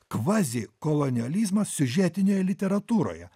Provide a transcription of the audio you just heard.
kvazikolonializmas siužetinėje literatūroje